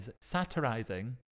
satirizing